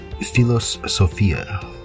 Philosophia